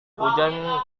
hujan